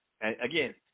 Again